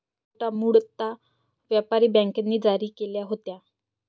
नोटा मूळतः व्यापारी बँकांनी जारी केल्या होत्या